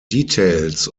details